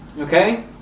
Okay